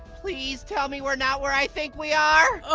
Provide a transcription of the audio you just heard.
please tell me we're not where i think we are.